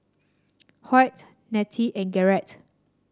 Hoyt Netta and Garret